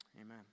amen